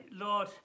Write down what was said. Lord